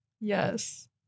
Yes